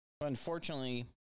Unfortunately